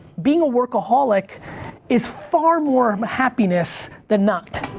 being a workaholic is far more um happiness than not.